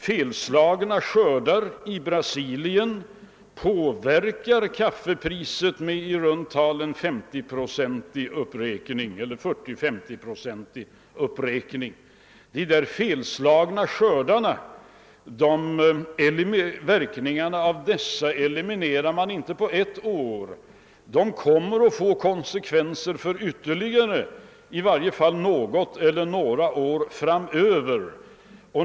Felslagna skördar i Brasilien påverkar kaffepriset med en i runt tal 40—50-procentig uppräkning. Verkningarna av dessa felslagna skördar eliminerar man inte på ett år. De kommer att få konsekvenser för ytterligare i varje fall något eller några år framöver.